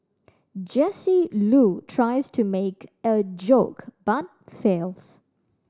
Jesse Loo tries to make a joke but fails